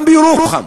גם בירוחם.